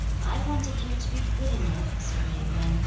i wanted you to be good enough, said yen yuen,